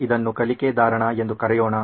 ಇದನ್ನು ಕಲಿಕೆ ಧಾರಣ ಎಂದು ಕರೆಯೋಣ